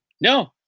No